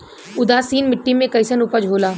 उदासीन मिट्टी में कईसन उपज होला?